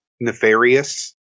nefarious